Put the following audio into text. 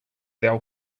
thou